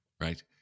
Right